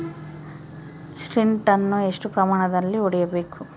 Sprint ಅನ್ನು ಎಷ್ಟು ಪ್ರಮಾಣದಲ್ಲಿ ಹೊಡೆಯಬೇಕು?